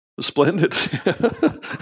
Splendid